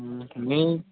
ମି